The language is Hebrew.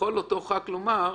יכול אותו חבר כנסת לומר: